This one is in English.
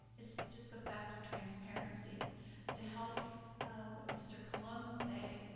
it's just the fact of transparency to help what mr. colon say,